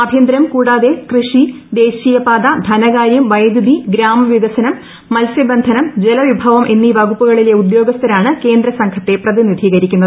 ആഭ്യന്തരം കൂടാതെ കൃഷി ദേശീയ പാത ധനകാര്യം വൈദ്യുതി ഗ്രാമവികസനം മത്സ്യബന്ധനം ജലവിഭവം എന്നീ വകുപ്പുകളിലെ ഉദ്യോഗസ്ഥരാണ് കേന്ദ്ര സംഘത്തെ പ്രതിനിധീകരിക്കുന്നത്